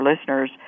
listeners